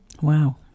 Wow